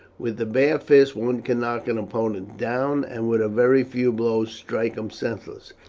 with the bare fist one can knock an opponent down, and with a very few blows strike him senseless.